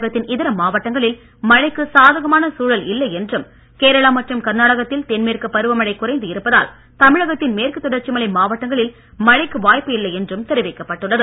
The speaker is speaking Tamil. தமிழகத்தின் இதர மாவட்டங்களில் மழைக்கு சாதகமான சூழல் இல்லை என்றும் கேரளா மற்றும் கர்நாடகத்தில் தென்மேற்கு பருவமழை குறைந்து இருப்பதால் தமிழகத்தின் மேற்கு தொடர்ச்சி மலை மாவட்டங்களில் மழைக்கு வாய்ப்பு இல்லை என்றும் தெரிவிக்கப்பட்டுள்ளது